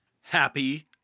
Happy